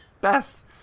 Beth